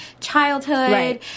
childhood